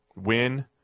win